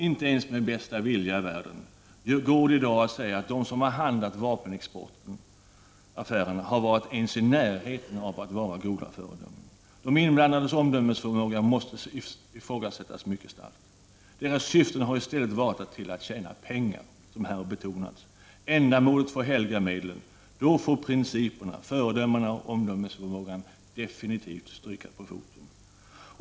Inte med bästa vilja i världen kan man i dag säga att de som har handlagt vapenexportaffärerna har varit ens i närheten av att vara goda föredömen. De inblandades omdömesförmåga måste starkt ifrågasättas. Deras syften har varit att tjäna pengar, som här har betonats. Ändamålet har fått helga medlen. Då har principerna, föredömena och omdömet definitivt fått stryka på foten.